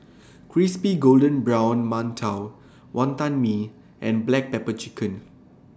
Crispy Golden Brown mantou Wonton Mee and Black Pepper Chicken